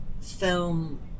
film